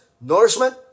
nourishment